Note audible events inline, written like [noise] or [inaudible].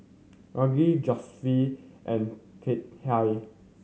Algie [unintelligible] and Cathi